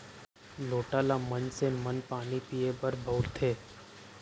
लोटा ल मनसे मन पानी पीए बर बउरथे